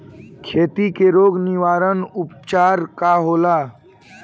खेती के रोग निवारण उपचार का होला?